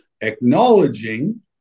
acknowledging